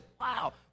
wow